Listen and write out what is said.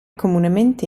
comunemente